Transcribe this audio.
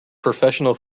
professional